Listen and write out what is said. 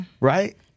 Right